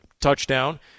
touchdown